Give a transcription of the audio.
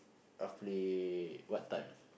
roughly what time